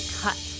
cut